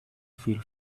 feel